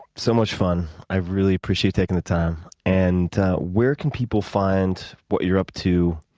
so much fun. i really appreciate taking the time. and where can people find what you're up to,